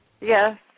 Yes